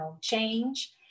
change